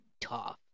tough